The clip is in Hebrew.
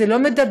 זה לא מידבק,